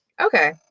Okay